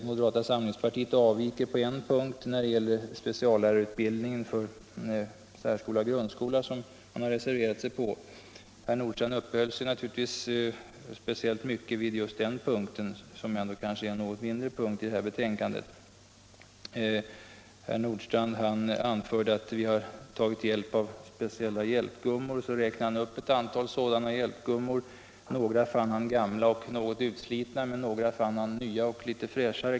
Moderata samlingspartiet avviker på en punkt, nämligen vad gäller speciallärarutbildningen för särskola och grundskola, där man har reserverat sig. Herr Nordstrandh uppehöll sig speciellt vid den frågan, som ändå är en mindre punkt i utskottets betänkande. Han sade också att vi har anlitat speciella hjälpgummor, och han räknade upp ett antal sådana. Några av de gummorna fann herr Nordstrandh gamla och ganska slitna, andra däremot var litet nyare och fräschare.